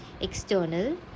external